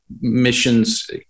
missions